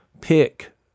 pick